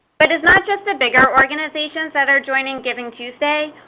but it's not just the bigger organizations that are joining givingtuesday.